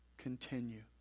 continue